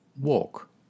Walk